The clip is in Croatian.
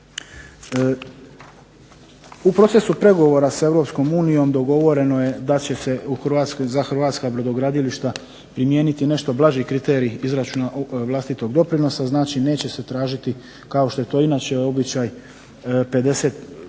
U procesu pregovora s Europskom unijom dogovoreno je da će se u hrvatskim, za hrvatska brodogradilišta primijeniti nešto blaži kriterij izračuna vlastitog doprinosa, znači neće se tražiti kao što je to inače običaj 50